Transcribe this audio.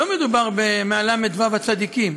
לא מדובר באחד מל"ו הצדיקים.